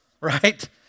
right